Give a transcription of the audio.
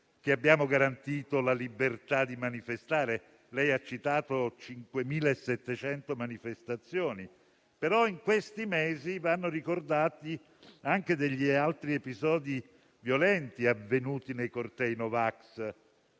che abbiamo garantito la libertà di manifestare. Lei ha citato 5.700 manifestazioni, ma in questi mesi vanno ricordati anche degli altri episodi violenti avvenuti nei cortei no vax